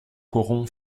coron